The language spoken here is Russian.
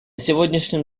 сегодняшнем